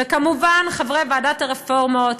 וכמובן לחברי ועדת הרפורמות,